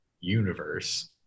universe